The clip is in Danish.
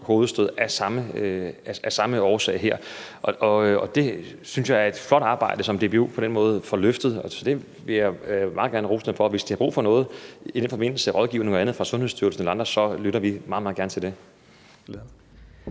hovedstød – af samme årsag – og det synes jeg er et flot arbejde som DBU på den måde får løftet. Så det vil jeg meget gerne rose dem for, og hvis de har brug for noget i den forbindelse, rådgivning eller noget andet, fra Sundhedsstyrelsen eller andre, så lytter vi meget, meget gerne til det.